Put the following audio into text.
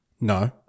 No